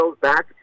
back